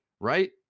right